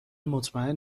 مطمئن